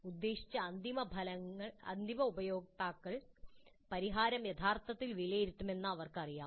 ഉദ്ദേശിച്ച അന്തിമ ഉപയോക്താക്കൾ പരിഹാരം യഥാർത്ഥത്തിൽ വിലയിരുത്തുമെന്ന് അവർക്കറിയാം